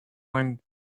mind